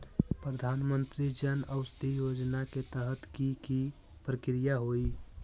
प्रधानमंत्री जन औषधि योजना के तहत की की प्रक्रिया होई?